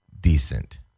decent